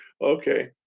okay